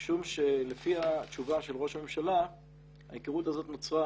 משום שלפי התשובה של ראש הממשלה ההיכרות הזו נוצרה